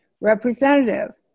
representative